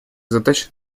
задач